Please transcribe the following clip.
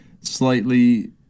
slightly